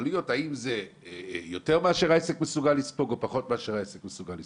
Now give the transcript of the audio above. האם זה יותר ממה שהעסק מסוגל לספוג או פחות ממה שהעסק מסוגל לספוג.